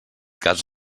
cas